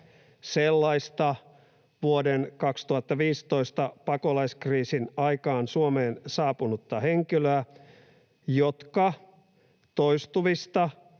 sellaista vuoden 2015 pakolaiskriisin aikaan Suomeen saapunutta henkilöä, jotka toistuvista